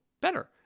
better